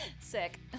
Sick